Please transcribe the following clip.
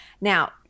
Now